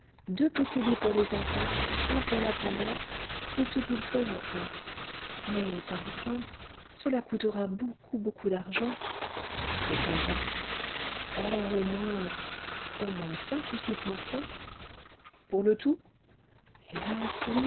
deux petits lits pour les enfants un pour la grand'mère tout ce qu'il faut enfin mais par exemple cela coûtera beaucoup beaucoup d'argent et combien oh au moins au moins cinq ou six cents francs pour le tout hélas oui